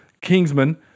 Kingsman